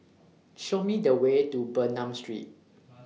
Show Me The Way to Bernam Street